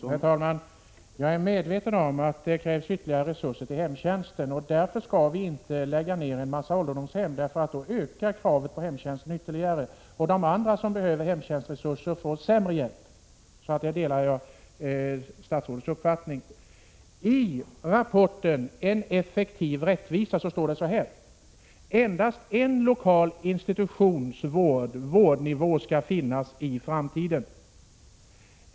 Herr talman! Jag är medveten om att det krävs ytterligare resurser till hemtjänsten. Därför skall vi inte lägga ner en mängd ålderdomshem, för därigenom ökar kraven på hemtjänsten ytterligare, och de andra som behöver hemtjänstresurser får sämre hjälp. På den punkten delar jag statsrådets uppfattning. I rapporten ”En effektiv rättvisa” står det så här: ”Endast en lokal institutionsnivå/vårdhemsnivå skall finnas i framtiden.